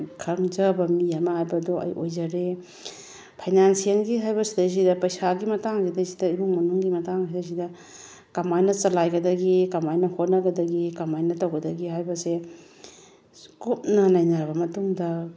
ꯈꯪꯖꯕ ꯃꯤ ꯑꯃ ꯍꯥꯏꯕꯗꯣ ꯑꯩ ꯑꯣꯏꯖꯔꯦ ꯐꯥꯏꯅꯥꯟꯁꯤꯑꯦꯜꯒꯤ ꯍꯥꯏꯕ ꯁꯤꯗꯒꯤꯁꯤꯗ ꯄꯩꯁꯥꯒꯤ ꯃꯇꯥꯡꯁꯤꯗꯒꯤꯁꯤꯗ ꯏꯃꯨꯡ ꯃꯅꯨꯡꯒꯤ ꯃꯇꯥꯡꯁꯤꯗꯒꯤꯁꯤꯗ ꯀꯃꯥꯏꯅ ꯆꯂꯥꯏꯒꯗꯒꯦ ꯀꯃꯥꯏꯅ ꯍꯣꯠꯅꯒꯗꯒꯦ ꯀꯃꯥꯏꯅ ꯇꯧꯒꯗꯒꯦ ꯍꯥꯏꯕ ꯑꯁꯦ ꯀꯨꯞꯅ ꯅꯩꯅꯔꯕ ꯃꯇꯨꯡꯗ